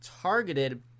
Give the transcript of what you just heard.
targeted